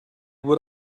what